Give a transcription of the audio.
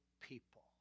people